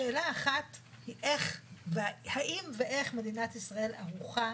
שאלה אחת היא האם ואיך מדינת ישראל ערוכה